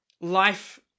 life